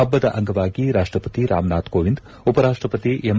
ಹಬ್ಬದ ಅಂಗವಾಗಿ ರಾಷ್ಟಪತಿ ರಾಮನಾಥ್ ಕೋವಿಂದ್ ಉಪರಾಷ್ಟಪತಿ ಎಂ